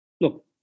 Look